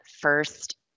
first